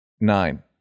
nine